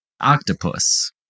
Octopus